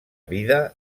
vida